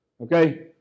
okay